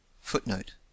FOOTNOTE